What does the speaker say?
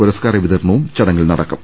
പുരസ്കാര വിതരണവും ചടങ്ങിൽ നടക്കും